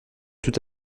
tout